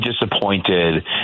disappointed